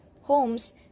homes